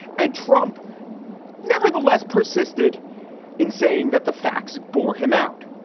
and trump nevertheless persisted in saying that the facts bore him out.